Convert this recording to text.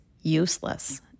useless